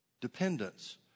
dependence